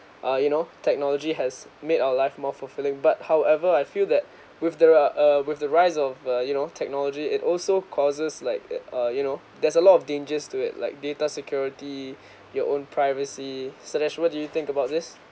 uh you know technology has made our life more fulfilling but however I feel that with there are uh with the rise of uh you know technology it also causes like uh you know there's a lot of dangers to it like data security your own privacy sadaj what do you think about this